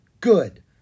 Good